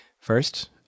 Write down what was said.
First